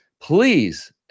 please